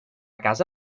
casa